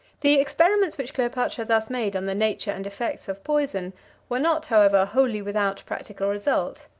the experiments which cleopatra thus made on the nature and effects of poison were not, however, wholly without practical result.